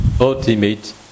ultimate